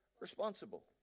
responsible